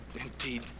indeed